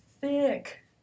Thick